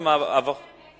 ומי שמצביע נגד?